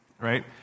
Right